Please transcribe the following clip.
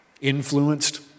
influenced